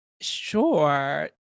Sure